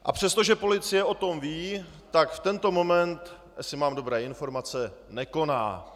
A přestože policie o tom ví, tak v tento moment jestli mám dobré informace nekoná.